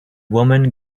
woman